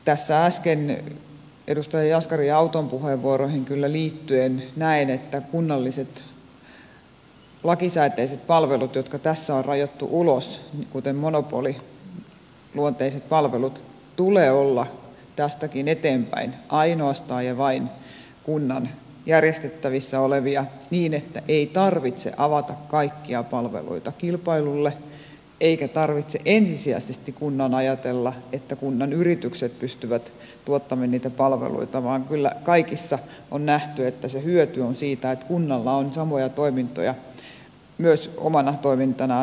tässä äskeisiin edustaja jaskarin ja edustaja auton puheenvuoroihin liittyen kyllä näen että kunnallisten lakisääteisten palveluiden jotka tässä on rajattu ulos kuten monopoliluonteisten palveluiden tulee olla tästäkin eteenpäin ainoastaan ja vain kunnan järjestettävissä olevia niin ettei tarvitse avata kaikkia palveluita kilpailulle eikä tarvitse ensisijaisesti kunnan ajatella että kunnan yritykset pystyvät tuottamaan niitä palveluita vaan kyllä kaikissa on nähty että se hyöty on siitä että kunnalla on samoja toimintoja myös omana toimintanaan järjestettävänä